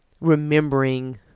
remembering